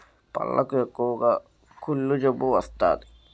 పళ్లకు ఎక్కువగా కుళ్ళు జబ్బు వస్తాది